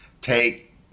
take